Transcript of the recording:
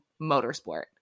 motorsport